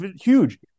huge